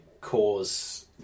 cause